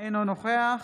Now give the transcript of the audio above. אינו נוכח